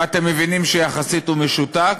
ואתם מבינים שיחסית הוא משותק,